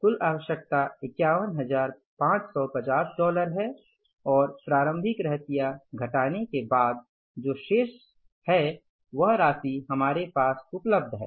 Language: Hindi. कुल आवश्यकता 51550 डॉलर है और प्रारंभिक रहतिया घटाने के बाद जो शेष है वह राशि हमारे पास उपलब्ध है